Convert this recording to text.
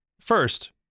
First